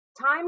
time